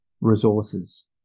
resources